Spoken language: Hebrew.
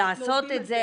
לעשות את זה,